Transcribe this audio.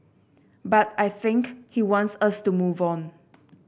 but I think he wants us to move on